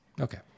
Okay